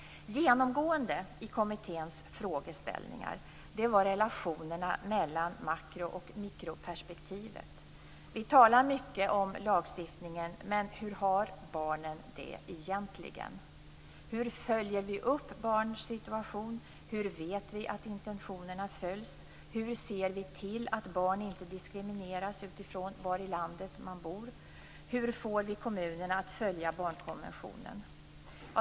Genomgående i kommitténs frågeställningar var relationerna mellan makro och mikroperspektivet. Vi talar mycket om lagstiftningen, men hur har barn det egentligen? Hur följer vi upp barns situation, hur vet vi att intentionerna följs? Hur ser vi till att barn inte diskrimineras utifrån var i landet de bor? Hur får vi kommunerna att följa barnkonventionen?